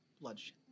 bloodshed